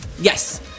Yes